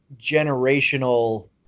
generational